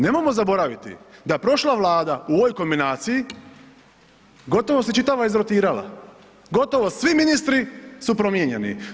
Nemojmo zaboraviti da prošla Vlada u ovoj kombinaciji gotovo se čitava izrotirala, gotovo svi ministri su promijenjeni.